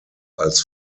als